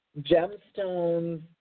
gemstones